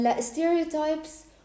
Stereotypes